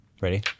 Ready